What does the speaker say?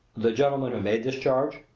the gentleman who made this charge,